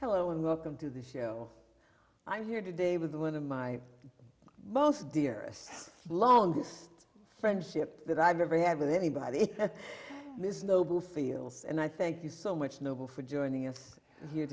hello and welcome to the show i'm here today with one of my most dearest longest friendship that i've ever had with anybody ms noble feels and i thank you so much noble for joining us here